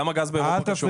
למה גז באירופה קשור?